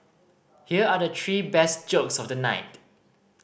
here are the three best jokes of the night